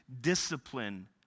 discipline